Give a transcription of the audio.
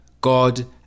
God